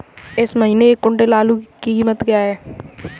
इस महीने एक क्विंटल आलू की क्या कीमत है?